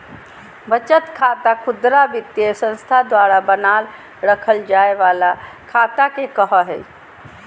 बचत खाता खुदरा वित्तीय संस्था द्वारा बनाल रखय जाय वला खाता के कहो हइ